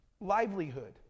Livelihood